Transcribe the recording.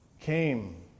came